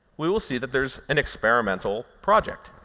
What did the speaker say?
we will see that there's an experimental project.